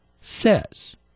says